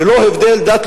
ללא הבדל דת,